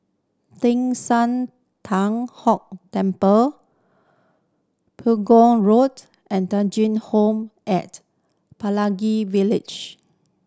Teng San Hock Temple Pegu Road and Home at Pelangi Village